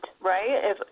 Right